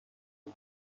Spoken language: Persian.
الا